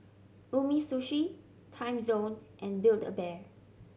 Umisushi Timezone and Build A Bear